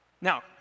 Now